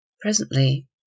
Presently